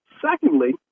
secondly